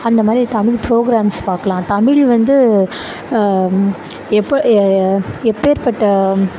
அந்த மாதிரி தமிழ் ப்ரொக்ராம்ஸ் பார்க்கலாம் தமிழ் வந்து எப்ப எப்பேர்பட்ட